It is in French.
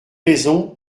raisons